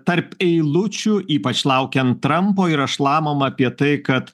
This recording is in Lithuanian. tarp eilučių ypač laukiant trampo yra šlamama apie tai kad